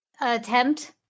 attempt